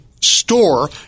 store